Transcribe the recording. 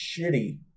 shitty